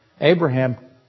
Abraham